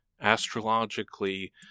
astrologically